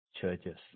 churches